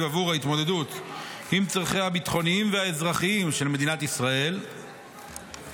עבור ההתמודדות עם צרכיה הביטחוניים והאזרחיים של מדינת ישראל בשל